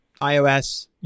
iOS